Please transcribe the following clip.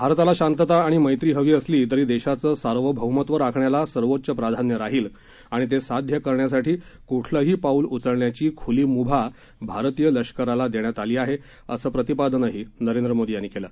भारताला शांतता आणि मैत्री हवी असली तरी देशाचं सार्वभौमत्व राखण्याला सर्वोच्च प्राधान्य राहील आणि ते साध्य करण्यासाठी क्ठलही पाऊल उचलण्याची खूली मुभा भारतीय लष्कराला देण्यात आली आहे असं प्रतिपादन प्रधामंत्री नरेंद्र मोदी यांनी केलं